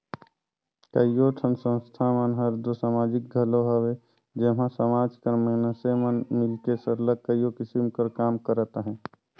कइयो ठन संस्था मन हर दो समाजिक घलो हवे जेम्हां समाज कर मइनसे मन मिलके सरलग कइयो किसिम कर काम करत अहें